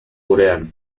gurean